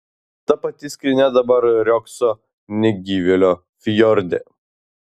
ta pati skrynia dabar riogso negyvėlio fjorde